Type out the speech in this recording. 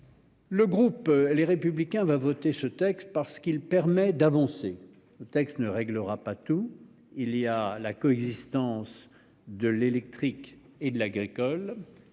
Le groupe Les Républicains va voter ce texte, parce qu'il permet d'avancer. Il ne réglera pas tout : l'enjeu touche à la coexistence de l'électrique et de l'agricole,